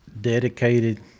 dedicated